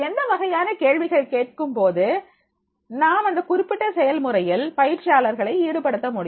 எந்த வகையான கேள்விகள் கேட்கும்போது நாம் அந்த குறிப்பிட்ட செயல் முறையில் பயிற்சியாளர்களை ஈடுபடுத்த முடியும்